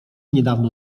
niedawno